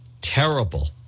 terrible